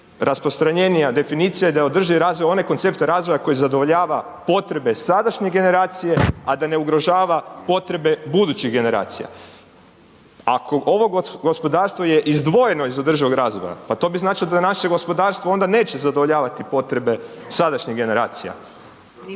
najrasprostranjenija definicija je da je održivi razvoj onaj koncept razvoja koji zadovoljava potrebe sadašnje generacije, a da ne ugrožava potrebe budućih generacija. Ako ovo gospodarstvo je izdvojeno iz održivog razvoja, pa to bi značilo da naše gospodarstvo onda neće zadovoljavati potrebe sadašnjih generacija.